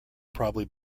probably